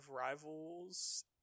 rivals